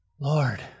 Lord